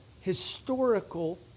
historical